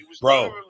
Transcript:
Bro